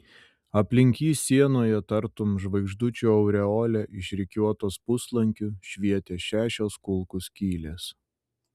aplink jį sienoje tartum žvaigždučių aureolė išrikiuotos puslankiu švietė šešios kulkų skylės